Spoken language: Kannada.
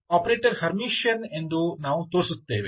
ಆಪರೇಟರ್ ಹರ್ಮಿಟಿಯನ್ ಎಂದು ನಾವು ತೋರಿಸುತ್ತೇವೆ